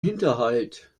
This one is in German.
hinterhalt